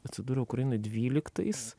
atsidūriau ukrainoj dvyliktais